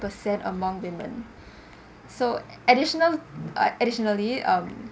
percent among women so additional uh additionally um